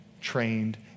trained